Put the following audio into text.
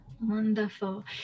Wonderful